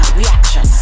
reaction